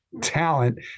talent